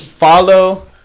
Follow